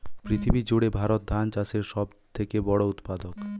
পৃথিবী জুড়ে ভারত ধান চাষের সব থেকে বড় উৎপাদক